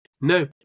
No